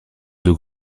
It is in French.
deux